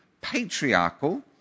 patriarchal